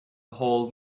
whole